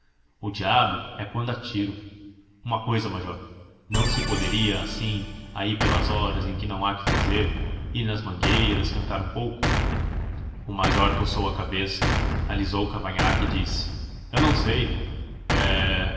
o diabo é quando há tiro uma coisa major não se poderia assim aí pelas horas em que não há que fazer ir nas mangueiras cantar um pouco o major coçou a cabeça alisou o cavanhaque e disse eu não sei é